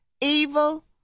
evil